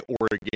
Oregon